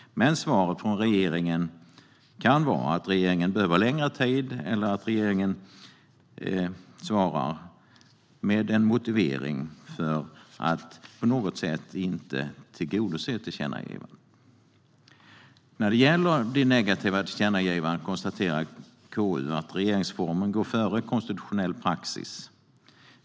Men svaret från regeringen kan vara att regeringen behöver längre tid eller en motivering för att regeringen på något sätt inte avser att tillgodose tillkännagivandet. När det gäller negativa tillkännagivanden konstaterar KU att regeringsformen går före konstitutionell praxis.